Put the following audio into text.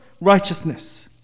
righteousness